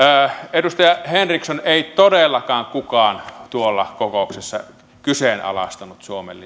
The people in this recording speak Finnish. edustaja henriksson ei todellakaan kukaan tuolla kokouksessa kyseenalaistanut suomen